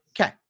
Okay